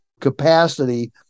capacity